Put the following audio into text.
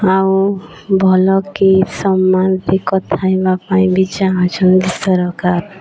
ଆଉ ଭଲ କି ସମାନକି କଥା ହେବା ପାଇଁ ବି ଚାହୁଁଛନ୍ତି ସରକାର